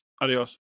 Adiós